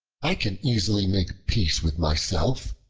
i can easily make peace with myself,